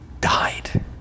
died